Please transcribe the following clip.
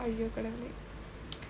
!aiyo! கடவுளே:kadavulee